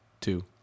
Two